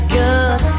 good